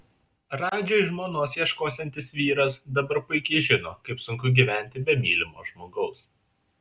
radžiui žmonos ieškosiantis vyras dabar puikiai žino kaip sunku gyventi be mylimo žmogaus